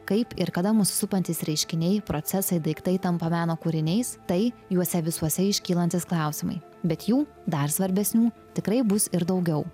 kaip ir kada mus supantys reiškiniai procesai daiktai tampa meno kūriniais tai juose visuose iškylantys klausimai bet jų dar svarbesnių tikrai bus ir daugiau